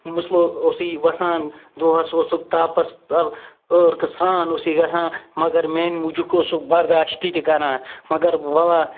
مٕسلہٕ اوسُے وَسان دۄہَس اوسُکھ تاپَس تَل ٲرکہٕ سرٛان اوسُے گژھان مگر میٛانہِ موٗجوٗب اوسُکھ برداش تہِ تہِ کَران مگر بَبا